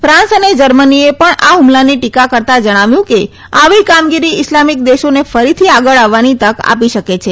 France અને જર્મનીએ પણ આ ફુમલાની ટીકા કરતાં જણાવ્યું છે કે આવી કામગીરી ઇસ્લામિક દેશોને ફરીથી આગળ આવવાની તક આપી શકે છે